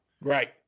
Right